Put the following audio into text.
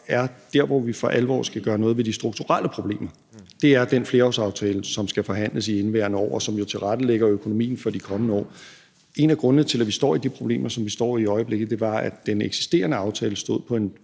at der, hvor vi for alvor skal gøre noget ved de strukturelle problemer, er i forbindelse med den flerårsaftale, som skal forhandles i indeværende år, og som jo tilrettelægger økonomien for de kommende år. En af grundene til, at vi står i de problemer, som vi står i i øjeblikket, er, at den eksisterende aftale stod på en